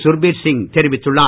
சுர்பீர் சிங் தெரிவித்துள்ளார்